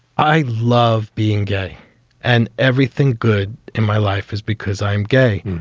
i love being gay and everything good in my life is because i am gay.